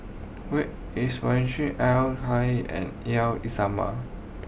where is Madrasah Al Al Islamiah